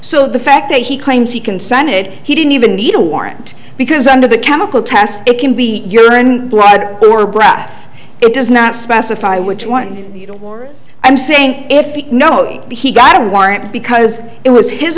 so the fact that he claims he consented he didn't even need a warrant because under the chemical test it can be your blood your breath it does not specify which one i'm saying if he know he got a warrant because it was his